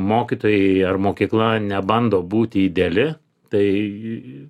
mokytojai ar mokykla nebando būti ideali tai